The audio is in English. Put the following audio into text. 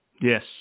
Yes